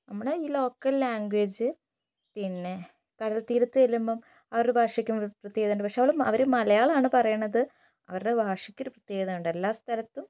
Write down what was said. നമ്മുടെ ഈ local language പിന്നെ കടൽതീരത്ത് ചെല്ലുമ്പം അവരുടെ ഭാഷയ്ക്ക് പ്രത്യേകതയുണ്ട് പക്ഷെ അവര് മലയാളമാണ് പറയണത് അവരുടെ ഭാഷയ്ക്കൊരു പ്രത്യേകതയുണ്ട് എല്ല സ്ഥലത്തും